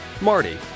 Marty